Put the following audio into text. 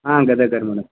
ಹಾಂ ಗದಗ್ದವ್ರು ಮೇಡಮ್